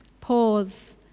Pause